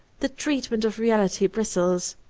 the treatment of reality bristles.